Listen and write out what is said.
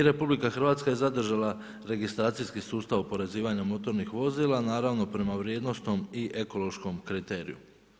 I RH je zadržala registracijski sustav oporezivanja motornih vozila naravno prema vrijednosnom i ekološkom kriteriju.